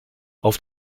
auf